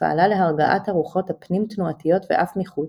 ופעלה להרגעת הרוחות הפנים תנועתיות ואף מחוץ,